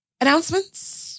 announcements